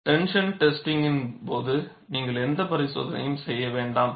tension டெஸ்டிங்கின் போது நீங்கள் எந்த பரிசோதனையும் செய்ய வேண்டாம்